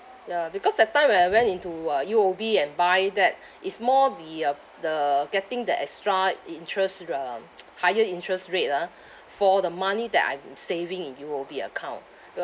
ya because that time when I went into uh U_O_B and buy that is more the uh the getting the extra interest um higher interest rate ah for the money that I'm saving in U_O_B account